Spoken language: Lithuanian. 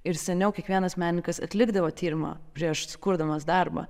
ir seniau kiekvienas menininkas atlikdavo tyrimą prieš sukurdamas darbą